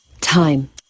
Time